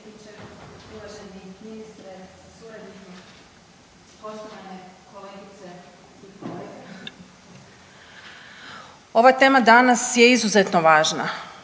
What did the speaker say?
ova tema danas je izuzetno važna,